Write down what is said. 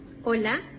Hola